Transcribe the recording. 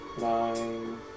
nine